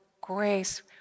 grace